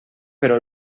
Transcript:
però